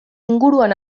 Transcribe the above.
inguruan